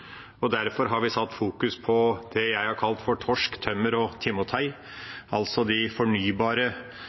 Derfor har vi fokusert på det jeg har kalt for torsk, tømmer og timotei, altså de fornybare